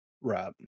Right